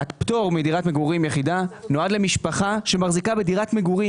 הפטור מדירת מגורים יחידה נועד למשפחה שמחזיקה בדירת מגורים,